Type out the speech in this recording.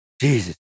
Jesus